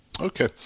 Okay